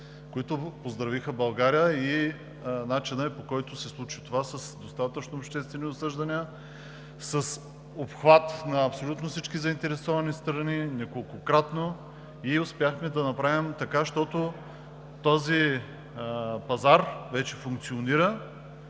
които поздравиха България, и начинът, по който се случи това – с достатъчно обществени обсъждания, с обхват на абсолютно всички заинтересовани страни, неколкократно. Успяхме да направим така, щото този пазар вече функционира,